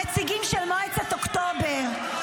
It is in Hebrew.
נציגים של מועצת אוקטובר,